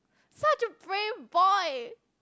such a brave boy